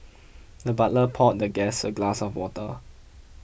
the butler poured the guest a glass of water